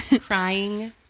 crying